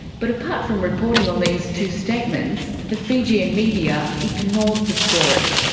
but apart from reporting on these two statements, the fijian media ignored the story.